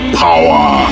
power